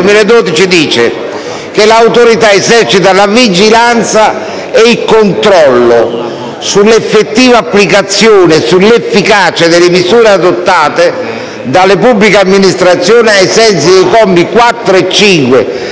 prevede che l'Autorità eserciti la vigilanza e il controllo sull'effettiva applicazione e sull'efficacia delle misure adottate dalle pubbliche amministrazioni, ai sensi dei commi 4 e 5